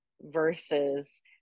versus